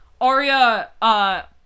Arya